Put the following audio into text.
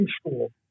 school